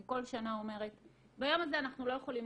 אני כל שנה אומרת ביום הזה אנחנו לא יכולים